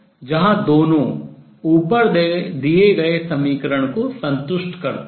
जहां दोनों ऊपर दिए गए समीकरण को संतुष्ट करते हैं